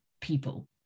people